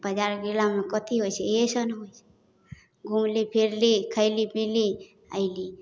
बजार गेलामे कथी होइ छै एहि सब ने होइ छै घूमली फिरली खयली पीली अयली